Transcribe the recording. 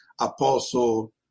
Apostle